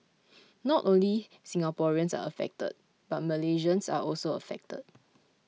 not only Singaporeans are affected but Malaysians are also affected